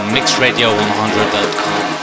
MixRadio100.com